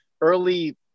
early